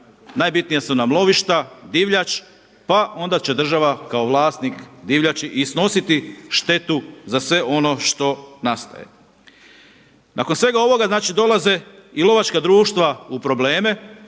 najbitnija su nam lovišta, divljač, pa onda će država kao vlasnik divljači i snositi štetu za sve ono što nastaje. Nakon svega ovoga dolaze i lovačke društva u probleme,